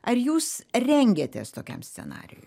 ar jūs rengėtės tokiam scenarijui